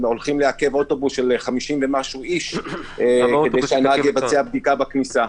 הולכים לעכב אוטובוס של 50 ומשהו איש כדי שהנהג יבצע בדיקה בכניסה.